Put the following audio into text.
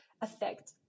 affect